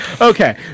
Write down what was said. Okay